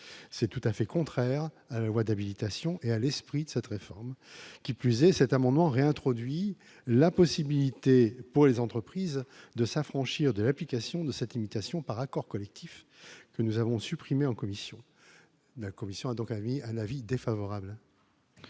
c'est tout à fait contraire à la loi d'habilitation et à l'esprit de cette réforme, qui plus est, cet amendement réintroduit la possibilité pour les entreprises de s'affranchir de l'application de cette limitation par accord collectif que nous avons supprimé en commission n'a commission donc vie à l'avis défavorable.